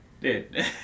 Dude